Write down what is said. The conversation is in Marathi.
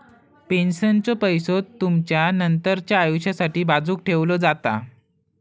पेन्शनचो पैसो तुमचा नंतरच्या आयुष्यासाठी बाजूक ठेवलो जाता